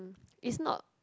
um is not